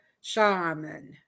Shaman